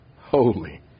holy